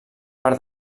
part